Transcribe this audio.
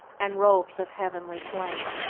and robes of heavenly flame.